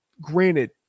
Granted